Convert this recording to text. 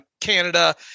Canada